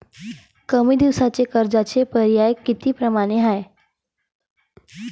कमी दिसाच्या कर्जाचे पर्याय किती परमाने हाय?